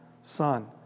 Son